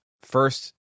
first